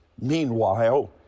Meanwhile